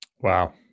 Wow